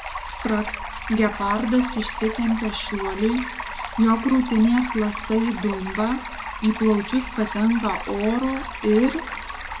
spragt gepardas išsitempia šuoliui jo krūtinės ląsta įdumba į plaučius patenka oro ir